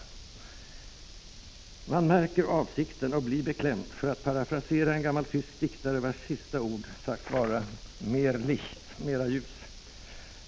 ”Man märker avsikten och blir beklämd”, för att parafrasera en gammal tysk diktare, vars sista ord sagts vara: ”Mehr Licht!”